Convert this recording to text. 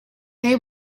they